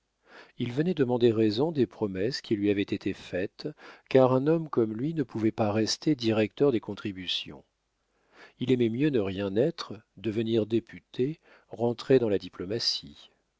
il venait demander raison des promesses qui lui avaient été faites car un homme comme lui ne pouvait pas rester directeur des contributions il aimait mieux ne rien être devenir député rentrer dans la diplomatie